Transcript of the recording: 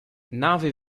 nave